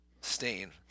stain